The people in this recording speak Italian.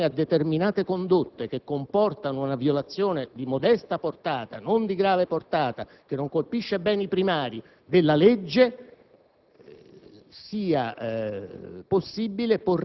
Si stabilisce un procedimento per cui in relazione a determinate condotte che comportano una violazione della legge di non grave portata, che non colpisce beni primari, interviene